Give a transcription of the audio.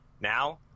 now